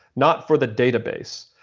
not for the database,